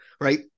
Right